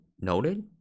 noted